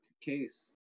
case